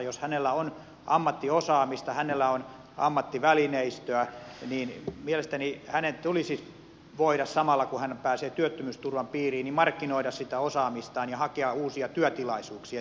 jos hänellä on ammattiosaamista hänellä on ammattivälineistöä niin mielestäni hänen tulisi voida samalla kun hän pääsee työttömyysturvan piiriin markkinoida sitä osaamistaan ja hakea uusia työtilaisuuksia